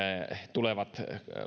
tulevat